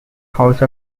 house